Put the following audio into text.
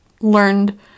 learned